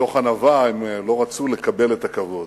מתוך ענווה הם לא רצו לקבל את הכבוד.